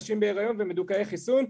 נשים בהיריון ומדוכאי חיסון,